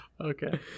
Okay